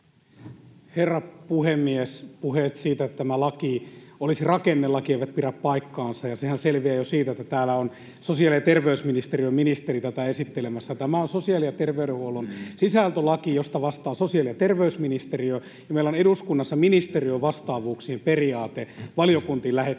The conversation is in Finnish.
Herra puhemies! Puheet siitä, että tämä laki olisi rakennelaki, eivät pidä paikkaansa. Sehän selviää jo siitä, että täällä on sosiaali- ja terveysministeriön ministeri tätä esittelemässä. Tämä on sosiaali- ja terveydenhuollon sisältölaki, josta vastaa sosiaali- ja terveysministeriö, ja meillä on eduskunnassa ministeriövastaavuuksiin periaate valiokuntiin lähettämisessä.